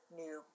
new